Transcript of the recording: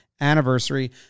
anniversary